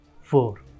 four